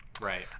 right